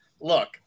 Look